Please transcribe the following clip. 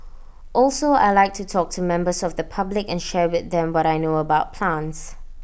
also I Like to talk to members of the public and share with them what I know about plants